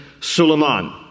Suleiman